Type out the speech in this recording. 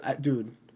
dude